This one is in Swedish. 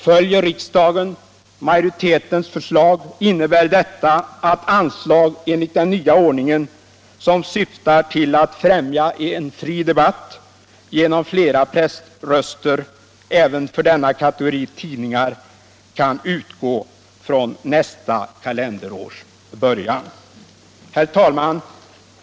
Följer riksdagen majoritetens förslag innebär detta att anslag enligt den nya ordningen, som syftar till att främja en fri debatt genom flera pressröster, även för denna kategori tidningar kan utgå från nästa kalenderårs början. Herr talman!